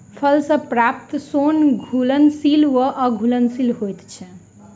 फल सॅ प्राप्त सोन घुलनशील वा अघुलनशील होइत अछि